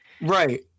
Right